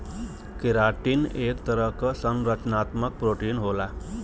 keratin एक तरह क संरचनात्मक प्रोटीन होला